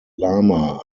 lama